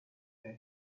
read